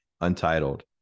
Untitled